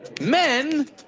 Men